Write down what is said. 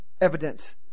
evident